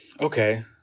Okay